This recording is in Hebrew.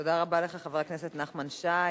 תודה רבה לך, חבר הכנסת נחמן שי.